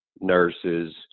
nurses